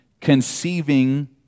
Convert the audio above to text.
Conceiving